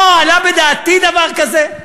לא עלה בדעתי דבר כזה.